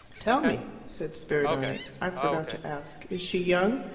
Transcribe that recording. tell me, said spiridione i forgot to ask is she young?